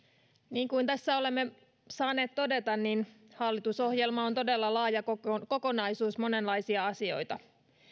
niin kuin tässä olemme saaneet todeta hallitusohjelma on todella laaja kokonaisuus monenlaisia asioita